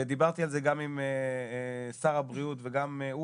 דיברתי על זה גם עם שר הבריאות וגם הוא